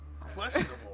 Questionable